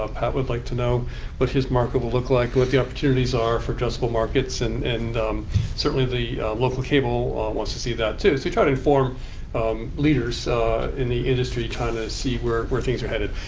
ah pat would like to know what his market will look like and what the opportunities are for adjustable markets and certainly the local cable wants to see that too. so we try to inform leaders in the industry, trying to see where where things are headed.